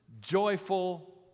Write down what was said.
joyful